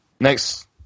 next